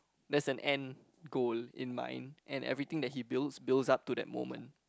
there's an end goal in mind and everything that he build builds up to that moment